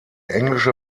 englische